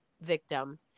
victim